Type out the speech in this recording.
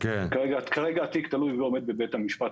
כרגע התיק תלוי ועומד בבית המשפט,